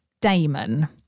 Damon